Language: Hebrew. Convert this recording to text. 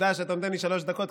תודה שאתה נותן לי שלוש דקות,